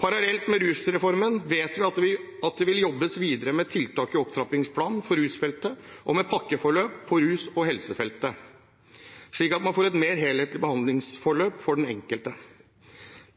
Parallelt med rusreformen vet vi at det vil jobbes videre med tiltak i opptrappingsplanen for rusfeltet og med pakkeforløp på rus- og helsefeltet, slik at man får et mer helhetlig behandlingsforløp for den enkelte.